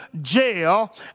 jail